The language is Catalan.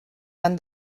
van